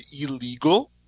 illegal